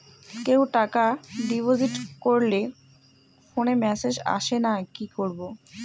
কেউ টাকা ডিপোজিট করলে ফোনে মেসেজ আসেনা কি করবো?